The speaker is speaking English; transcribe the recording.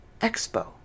expo